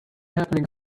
happen